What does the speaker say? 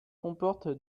comporte